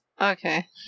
Okay